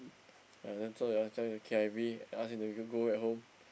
ya that's all they ask us to K_I_V ask them to go go back home